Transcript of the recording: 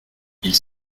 ils